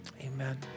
Amen